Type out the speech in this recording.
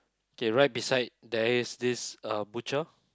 okay right beside there is this uh butcher